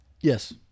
Yes